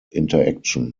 interaction